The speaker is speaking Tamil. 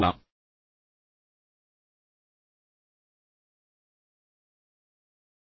நீங்கள் எனக்குக் கொடுத்த நேரத்தை நான் மிகவும் பாராட்டுகிறேன்